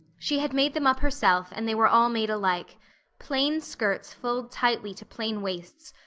she had made them up herself, and they were all made alike plain skirts fulled tightly to plain waists,